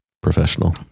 Professional